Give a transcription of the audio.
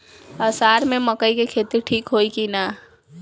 अषाढ़ मे मकई के खेती ठीक होई कि ना?